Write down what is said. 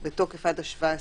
שבתוקף עד 17 באוגוסט.